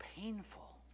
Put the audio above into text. painful